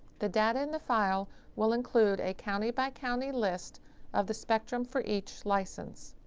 the data in the file will include a county-by-county list of the spectrum for each license.